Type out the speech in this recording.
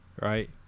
right